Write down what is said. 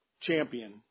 champion